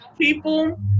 people